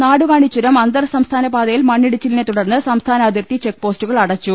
നാടുകാണി ചുരം അന്തർ സംസ്ഥാന പാതയിൽ മണ്ണിടിച്ചിലിനെത്തുടർന്ന് സംസ്ഥാന അതിർത്തി ചെക്ക് പോസ്റ്റുകൾ അടച്ചു